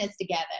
together